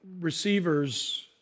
receivers